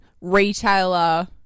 retailer